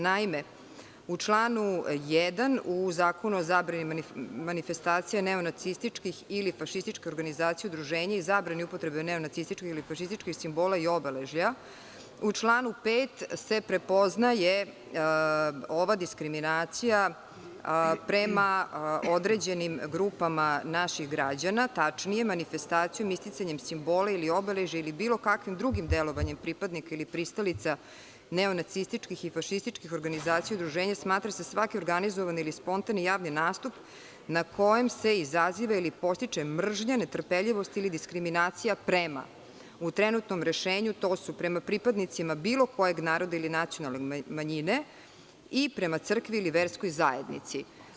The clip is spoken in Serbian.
Naime, u članu 1. u Zakonu o zabrani manifestacija neonacističkih ili fašističkih organizacija i udruženja i zabrani upotrebe neonacističkih ili fašističkih simbola i obeležja u članu 5. se prepoznaje ova diskriminacija prema određenim grupama naših građana, tačnije manifestacijom, isticanjem simbola ili obeležja ili bilo kakvim drugim delovanjem pripadnika ili pristalica neonacističkih i fašističkih organizacija i udruženja smatra se svaki organizovani ili spontani javni nastup na kojem se izaziva ili podstiče mržnja, netrpeljivost ili diskriminacija prema, u trenutnom rešenju to su, prema pripadnicima bilo kog naroda ili nacionalne manjine i prema crkvi ili verskoj zajednici.